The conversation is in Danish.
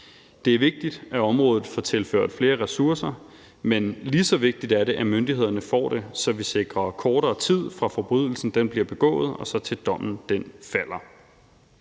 Det er vigtigt, at området får tilført flere ressourcer, men lige så vigtigt er det, at myndighederne får det, så vi sikrer kortere tid, fra forbrydelsen bliver begået, til dommen falder.